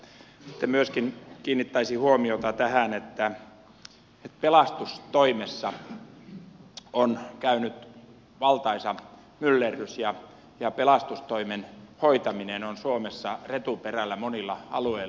sitten myöskin kiinnittäisin huomiota tähän että pelastustoimessa on käynyt valtaisa myllerrys ja pelastustoimen hoitaminen on suomessa retuperällä monilla alueilla